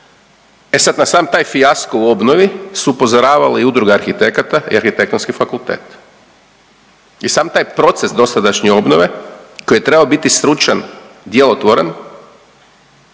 E sad na sam taj fijasko u obnovi su upozoravali Udruga arhitekata i arhitektonski fakultet. I sam taj proces dosadašnje obnove koji je trebao biti stručan, djelotvoran